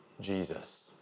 Jesus